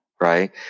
right